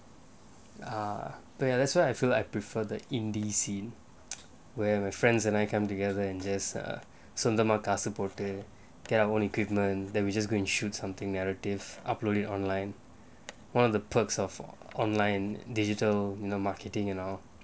ah but ya that's why I feel I prefer the indie scene where my friends and I come together and just சொந்தமா காசு போட்டு:sontamaa kaasu pottu take own equipment then we just go and shoot something narrative upload it online one of the perks of online digital marketing you know